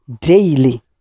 daily